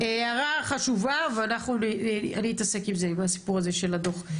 הערה חשובה ואני אתעסק עם הסיפור הזה של הדוח.